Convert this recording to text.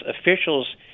officials